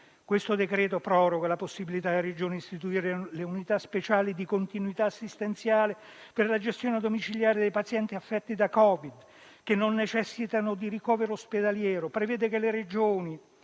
Questo decreto-legge proroga la possibilità per le Regioni di istituire le unità speciali di continuità assistenziale per la gestione domiciliare dei pazienti affetti da Covid che non necessitano di ricovero ospedaliero; prevede che le Regioni,